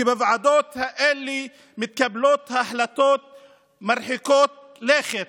כי בוועדות האלה מתקבלות החלטות מרחיקות לכת